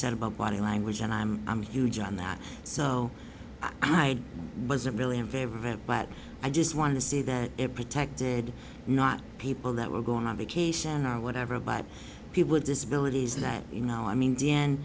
said about body language and i'm i'm huge on that so i wasn't really in favor of it but i just wanted to see that it protected not people that were going on vacation or whatever but people with disabilities that you know i mean